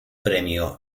premio